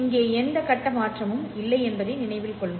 இங்கே எந்த கட்ட மாற்றமும் இல்லை என்பதை நினைவில் கொள்க